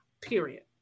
period